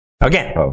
Again